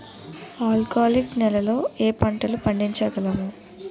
ఆల్కాలిక్ నెలలో ఏ పంటలు పండించగలము?